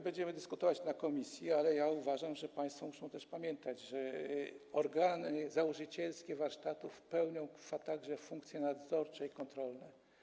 Będziemy dyskutować w komisji, ale ja uważam, że państwo muszą też pamiętać, że organy założycielskie warsztatów pełnią także funkcje nadzorcze i kontrolne.